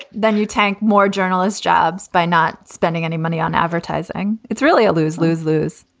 then you tank more journalists jobs by not spending any money on advertising. it's really a lose lose, lose